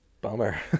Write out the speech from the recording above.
Bummer